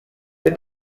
did